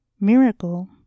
miracle